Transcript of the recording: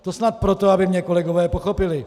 To snad proto, aby mě kolegové pochopili.